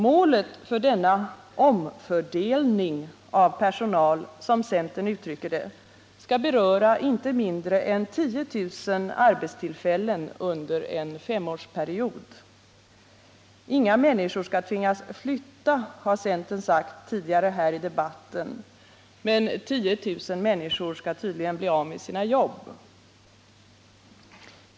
Målet för denna ”omfördelning” av personal, som centern uttrycker det, skall beröra inte mindre än 10 000 arbetstillfällen under en femårsperiod. Inga människor skall tvingas flytta, har centern sagt tidigare här i debatten, men 10 000 människor skall tydligen bli av med sina jobb?